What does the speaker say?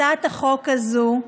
הצעת החוק הזאת,